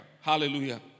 Hallelujah